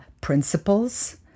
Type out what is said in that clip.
Principles